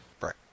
right